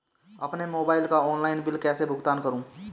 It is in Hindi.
अपने मोबाइल का ऑनलाइन बिल कैसे भुगतान करूं?